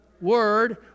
Word